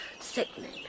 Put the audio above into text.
Sickening